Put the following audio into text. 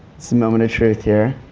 moment of truth here.